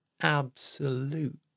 absolute